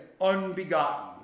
unbegotten